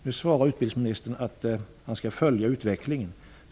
Nu svarade utbildningsministern att man skall följa utvecklingen.